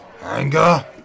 Anger